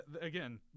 again